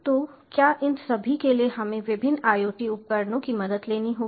तो क्या इन सभी के लिए हमें विभिन्न IoT उपकरणों की मदद लेनी होगी